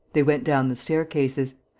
they went down the staircases.